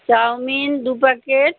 chowmein দু packet